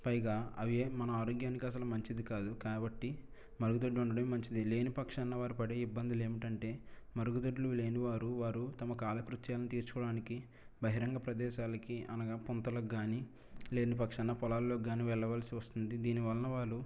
పైగా అవి మన ఆరోగ్యానికి అసలు మంచిది కాదు కాబట్టి మరుగుదొడ్డి ఉండడం మంచిది లేని పక్షాన వారు పడే ఇబ్బందులు ఏమిటంటే మరుగుదొడ్లు లేని వారు వారు తమ కాలకృత్యాన్ని తీర్చుకోవడానికి బహిరంగ ప్రదేశాలకి అనగా పుంతలకి కాని లేని పక్షాన పొలాల్లో కాని వెళ్ళవలసి వస్తుంది దీని వలన వాళ్ళు